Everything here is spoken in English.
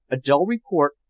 a dull report,